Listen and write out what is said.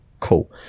Cool